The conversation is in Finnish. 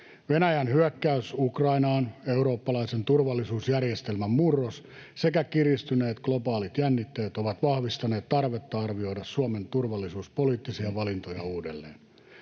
Venäjän hyökkäys Ukrainaan, eurooppalaisen turvallisuusjärjestelmän murros sekä kiristyneet globaalit jännitteet ovat vahvistaneet tarvetta arvioida Suomen turvallisuuspoliittisia valintoja uudelleen.